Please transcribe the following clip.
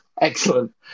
Excellent